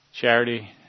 Charity